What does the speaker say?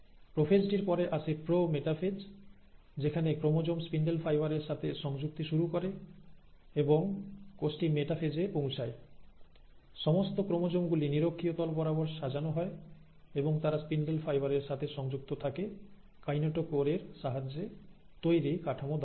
প্রোফেজটির পরে আসে prometaphase যেখানে ক্রোমোজোম স্পিন্ডেল ফাইবার এর সাথে সংযুক্তি শুরু করে এবং কোষটি মেটাফেজ এ পৌঁছায়সমস্ত ক্রোমোজোম গুলি নিরক্ষীয় তল বরাবর সাজানো হয় এবং তারা স্পিন্ডেল ফাইবার এর সাথে সংযুক্ত থাকে কাইনেটোকোর এর সাহায্যে তৈরি কাঠামো দ্বারা